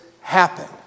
happen